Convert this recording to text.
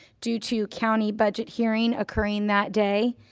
due to county budget hearing occurring that day.